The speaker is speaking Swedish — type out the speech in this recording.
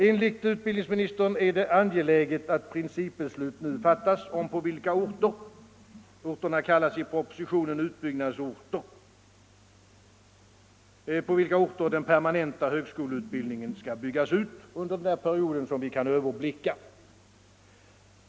Enligt utbildningsministern är det angeläget att principbeslut nu fattas om på vilka orter — orterna kallas i propositionen utbyggnadsorter — den permanenta högskoleutbildningen skall byggas ut under den period som vi kan överblicka.